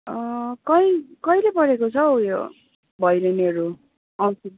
अँ कै कहिले परेको छ हौ उयो भैलिनीहरू औँसी